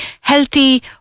healthy